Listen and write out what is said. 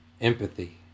Empathy